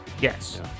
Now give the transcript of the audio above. Yes